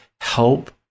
help